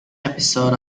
episode